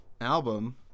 album